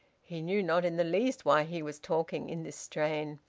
he knew not in the least why he was talking in this strain.